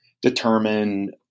determine